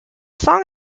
song